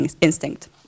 instinct